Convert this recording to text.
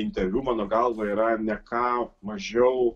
interviu mano galva yra ne ką mažiau